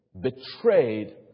betrayed